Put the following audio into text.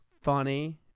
Funny